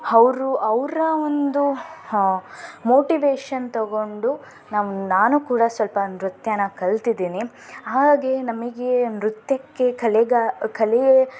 ಅವರು ಅವರ ಒಂದು ಮೋಟಿವೇಶನ್ ತಗೊಂಡು ನಮ್ ನಾನೂ ಕೂಡ ಸ್ವಲ್ಪ ನೃತ್ಯನ ಕಲ್ತಿದ್ದೀನಿ ಹಾಗೇ ನಮಗೆ ನೃತ್ಯಕ್ಕೆ ಕಲೆಗ ಕಲೆಯೇ